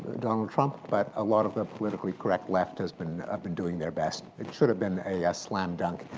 donald trump, but a lot of the politically correct left has been ah been doing their best. it should've been a a slam dunk.